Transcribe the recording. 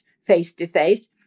face-to-face